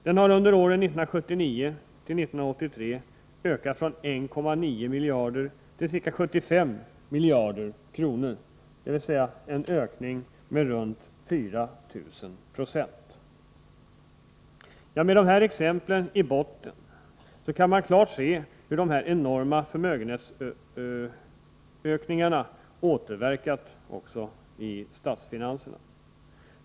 Den har under åren 1979-1983 ökat från 1,9 miljarder till ca 75 miljarder kronor, dvs. en ökning runt 4 000 96. Med de här exemplen i botten kan man klart se hur dessa enorma förmögenhetsökningar återverkat också på statsfinanserna.